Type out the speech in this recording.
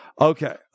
Okay